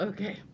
Okay